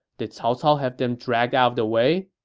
did cao cao have them dragged out of the way?